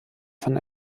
von